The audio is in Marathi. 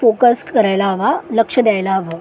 फोकस करायला हवा लक्ष द्यायला हवं